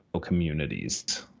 communities